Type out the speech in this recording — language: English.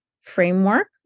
framework